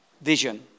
vision